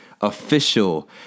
official